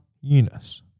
Eunice